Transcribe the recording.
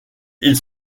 ils